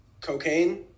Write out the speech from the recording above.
cocaine